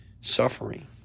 suffering